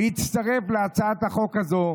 להצטרף להצעת החוק הזאת.